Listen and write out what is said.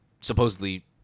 supposedly